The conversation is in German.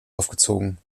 aufgezogen